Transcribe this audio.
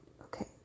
Okay